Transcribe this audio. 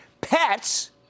pets